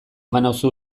banauzu